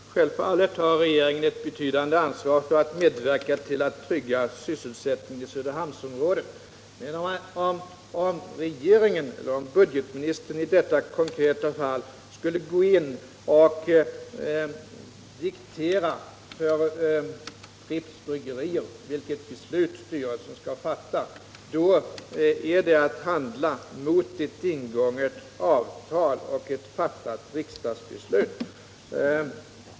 Herr talman! Självfallet har regeringen ett betydande ansvar för att medverka till att trygga sysselsättningen i Söderhamnsområdet. Men om regeringen eller budgetministern i detta konkreta fall skulle gå in och diktera för Pripps Bryggerier vilket beslut styrelsen skall fatta, då är det att handla mot ett ingånget avtal och ett fattat riksdagsbeslut.